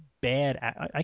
bad –